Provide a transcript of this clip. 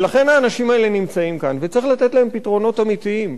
ולכן האנשים האלה נמצאים כאן וצריך לתת להם פתרונות אמיתיים.